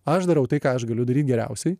aš darau tai ką aš galiu daryt geriausiai